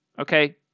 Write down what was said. Okay